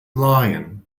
lion